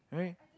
right